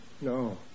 No